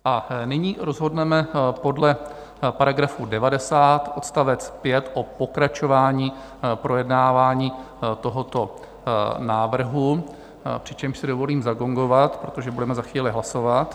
A nyní rozhodneme podle § 90 odst. 5 o pokračování projednávání tohoto návrhu, přičemž si dovolím zagongovat, protože budeme za chvíli hlasovat.